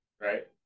right